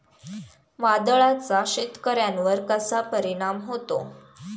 वादळाचा शेतकऱ्यांवर कसा परिणाम होतो?